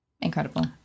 incredible